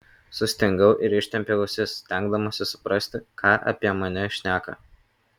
sustingau ir ištempiau ausis stengdamasis suprasti ką apie mane šneka